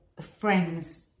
friends